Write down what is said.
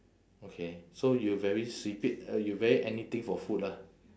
okay so you very 随便 uh you very anything for food lah